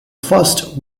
first